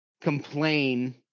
complain